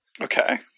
Okay